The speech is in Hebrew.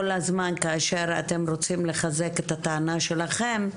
הזמן כאשר אתם רוצים לחזק את הטענה שלכם,